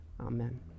Amen